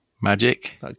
magic